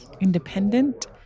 independent